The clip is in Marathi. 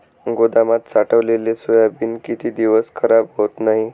गोदामात साठवलेले सोयाबीन किती दिवस खराब होत नाही?